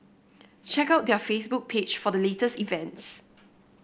check out their Facebook page for the latest events